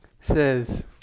says